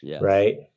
right